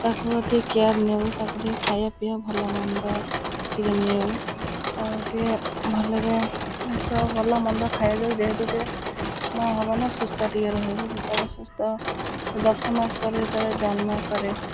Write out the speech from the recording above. ତାକୁ ଟିକେ କେୟାର୍ ନେଉ ତାକୁ ଟିକେ ଖାଇବା ପିଇବା ଭଲ ମନ୍ଦ ଟିକେ ନେଉ ତା ଟିକେ ଭଲରେ ମାସ ଭଲମନ୍ଦ ଖାଇ ଦେଉ ଯେହେତୁ ସେ ମାଆ ହବନା ସୁସ୍ଥ ଟିକେ ରହିବ ଯେତେବେଳେ ସୁସ୍ଥ ସେ ଦଶ ମାସ ପରେ ଯେତେବେଳେ ଜନ୍ମ କରେ